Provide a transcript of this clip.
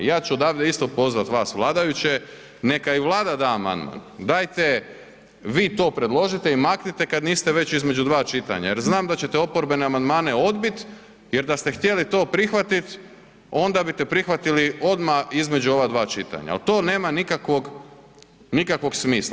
I ja ću odavde isto pozvati vas vladajuće, neka i Vlada da amandman, dajte vi to predložite i maknite kada niste već između dva čitanja jer znam da ćete oporbene amandmane odbiti jer da ste htjeli to prihvatit onda bite prihvatili odmah između ova dva čitanja, to nema nikakvog smisla.